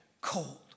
cold